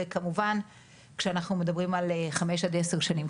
וכמובן כשאנחנו מדברים על חמש עד עשר שנים.